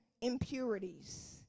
impurities